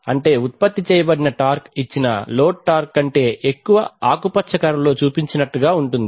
అంటే ఉత్పత్తి చేయబడిన టార్క్ ఇచ్చిన లోడ్ టార్క్ కంటే ఎక్కువ ఆకుపచ్చ కర్వ్ లో చూపించినట్టుగా ఉంటుంది